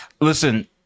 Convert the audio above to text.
Listen